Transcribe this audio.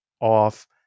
off